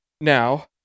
now